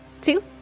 two